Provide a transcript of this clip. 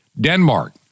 Denmark